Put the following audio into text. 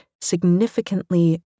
significantly